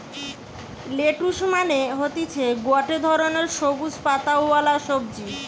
lettuce মানে হতিছে গটে ধরণের সবুজ পাতাওয়ালা সবজি